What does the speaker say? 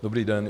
Dobrý den.